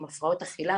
עם הפרעות אכילה,